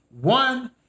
One